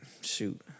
shoot